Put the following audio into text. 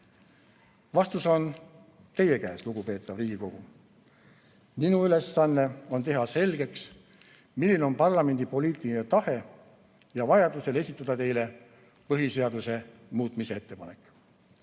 Vastus on teie käes, lugupeetav Riigikogu. Minu ülesanne on teha selgeks, milline on parlamendi poliitiline tahe ja vajaduse korral esitada teile põhiseaduse muutmise ettepanek.